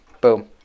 boom